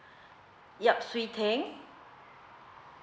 yap swee teng